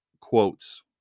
quotes